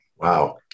Wow